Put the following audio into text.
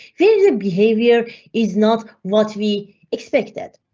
there is a behavior is not what we expected.